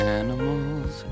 animals